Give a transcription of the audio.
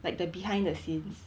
like the behind the scenes